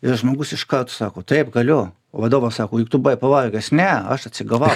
ir žmogus iškart sako taip galiu vadovas sako juk tu buvai pavargęs ne aš atsigavau